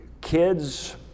kids